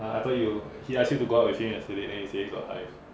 !huh! I though you he ask you to go out with him yesterday then you say got hive